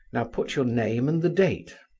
now put your name and the date.